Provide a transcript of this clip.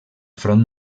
front